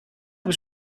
was